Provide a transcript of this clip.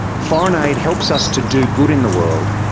foreign aid helps us to do good in the world,